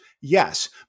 Yes